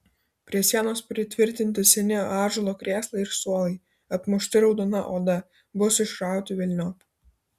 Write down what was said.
prie sienos pritvirtinti seni ąžuolo krėslai ir suolai apmušti raudona oda bus išrauti velniop